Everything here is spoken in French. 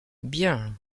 bien